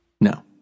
No